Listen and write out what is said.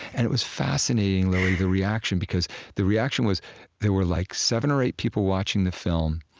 and it was fascinating, lily, the reaction, because the reaction was there were like seven or eight people watching the film.